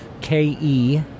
K-E